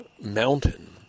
mountain